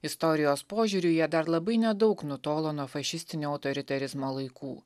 istorijos požiūriu jie dar labai nedaug nutolo nuo fašistinio autoritarizmo laikų